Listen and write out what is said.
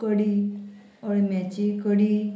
कडी अळम्यांची कडी